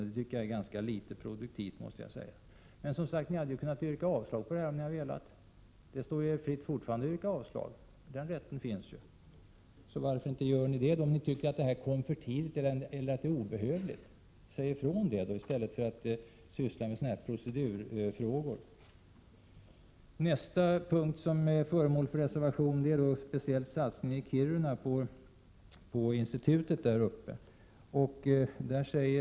Det är inte särskilt produktivt, måste jag säga. Men ni hade ju som sagt kunnat yrka avslag om ni hade velat. Det står er fritt fortfarande att yrka avslag. Den rätten finns ju, så varför gör ni inte det om ni 135 tycker att förslaget kom för tidigt eller att det är obehövligt. Säg ifrån då i stället för att syssla med sådana här procedurfrågor! Nästa punkt som är föremål för reservation gäller en speciell satsning på institutet för rymdfysik i Kiruna.